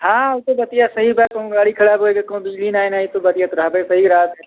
हाँ ओ तो बतिया सही बा कहूँ गाड़ी खराब होए गई कहूँ बिजली नाही आई ताहू बतिया तो रहबे सही बात है